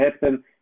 happen